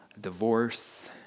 divorce